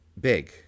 big